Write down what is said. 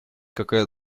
какая